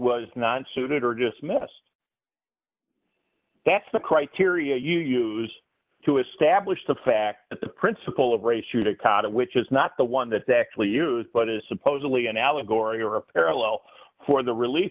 was not suited or just messed that's the criteria you use to establish the fact that the principle of race judicata which is not the one that they actually use but it is supposedly an allegory or a parallel for the relief